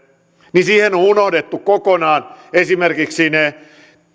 niin siitä on unohdettu kokonaan esimerkiksi ne